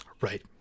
Right